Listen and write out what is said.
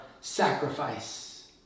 sacrifice